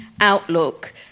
outlook